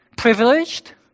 Privileged